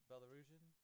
Belarusian